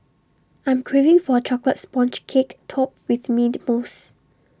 I am craving for A Chocolate Sponge Cake Topped with Mint Mousse